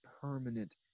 permanent